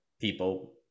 people